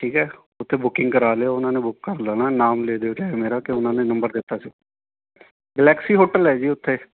ਠੀਕ ਹੈ ਉੱਥੇ ਬੁਕਿੰਗ ਕਰਾਂ ਲਿਓ ਉਹਨਾਂ ਨੇ ਬੁੱਕ ਕਰ ਲੈਣਾ ਨਾਮ ਲੈ ਦਿਓ ਚਾਹੇ ਮੇਰਾ ਕਿ ਉਹਨਾਂ ਨੇ ਨੰਬਰ ਦਿੱਤਾ ਸੀ ਗਲੈਕਸੀ ਹੋਟਲ ਹੈ ਜੀ ਉੱਥੇ